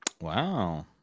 wow